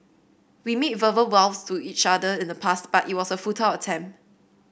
we made verbal vows to each other in the past but it was a futile attempt